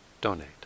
donate